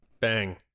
bang